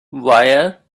wire